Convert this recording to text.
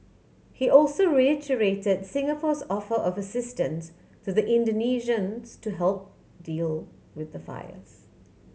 he also reiterate Singapore's offer of assistance to the Indonesians to help deal with the fires